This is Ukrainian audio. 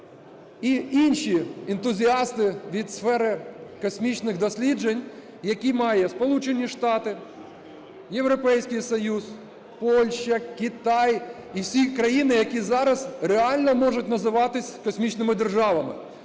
і інші ентузіасти від сфери космічних досліджень, які мають Сполучені Штати, Європейський Союз, Польща, Китай і всі країни, які зараз реально можуть називатись космічними державами.